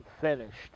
finished